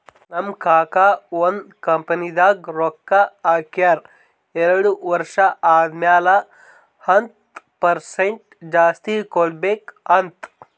ನಮ್ ಕಾಕಾ ಒಂದ್ ಕಂಪನಿದಾಗ್ ರೊಕ್ಕಾ ಹಾಕ್ಯಾರ್ ಎರಡು ವರ್ಷ ಆದಮ್ಯಾಲ ಹತ್ತ್ ಪರ್ಸೆಂಟ್ ಜಾಸ್ತಿ ಕೊಡ್ಬೇಕ್ ಅಂತ್